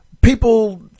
people